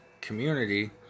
community